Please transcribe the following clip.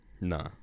No